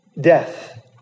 death